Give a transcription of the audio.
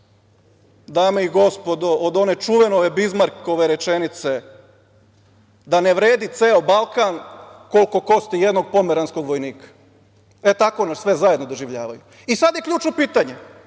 dame i gospodo, od one čuvene Bizmarkove rečenice da ne vredi ceo Balkan koliko kosti jednog pomeranskog vojnika. Tako nas sve zajedno doživljavaju. Sad je ključno pitanje,